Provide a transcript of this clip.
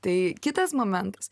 tai kitas momentas